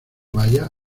vaya